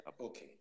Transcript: Okay